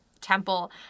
temple